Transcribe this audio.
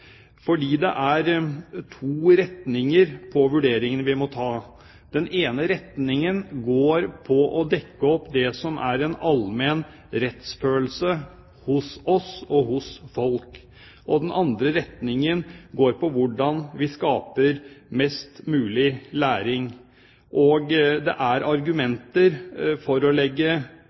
fordi det er to retninger på de vurderingene vi må ta. Den ene retningen går på å dekke opp det som er en allmenn rettsfølelse hos oss og hos folk. Den andre retningen går på hvordan vi skaper mest mulig læring. Det er argumenter for å legge